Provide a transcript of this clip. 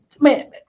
Man